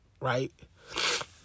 right